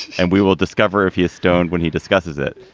and we will discover if he is stoned when he discusses it.